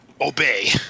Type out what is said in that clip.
Obey